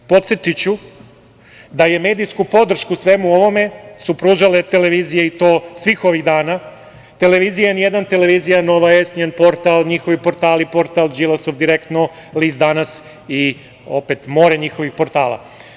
Podsetiću da medijsku podršku svemu ovom su pružale televizije i to svih ovih dana, televizija N1, televizija Nova S, njihovi portali, portal Đilasov „Direktno“, List Danas i opet more njihovih portala.